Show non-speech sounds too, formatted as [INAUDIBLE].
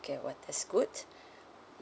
okay what that's good [BREATH]